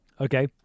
Okay